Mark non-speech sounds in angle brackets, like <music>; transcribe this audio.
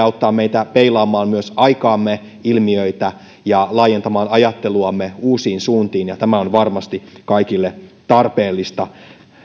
<unintelligible> auttaa meitä peilaamaan myös aikaamme ja ilmiöitä ja laajentamaan ajatteluamme uusiin suuntiin ja tämä on varmasti kaikille tarpeellista